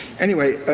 anyway,